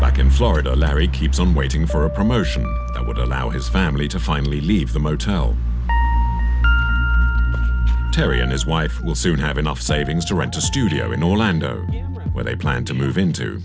like in florida larry keeps on waiting for a promotion would allow his family to finally leave the motel terry and his wife will soon have enough savings to rent a studio in orlando where they plan to move into